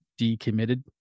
decommitted